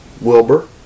Wilbur